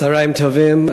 צהריים טובים,